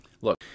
Look